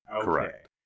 Correct